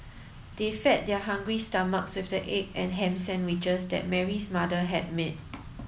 they fed their hungry stomach with the egg and ham sandwiches that Mary's mother had made